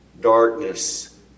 darkness